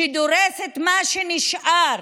שדורסת את מה שנשאר